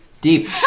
deep